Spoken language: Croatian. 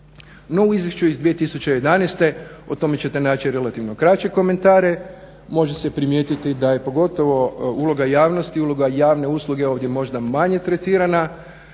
u izvješću iz 2011. o tome ćete naći relativno kraće komentare. Može se primijetiti da je pogotovo uloga javnosti, uloga javne usluga ovdje možda manje tretirana